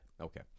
Okay